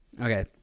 Okay